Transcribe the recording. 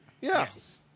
Yes